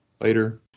later